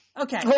Okay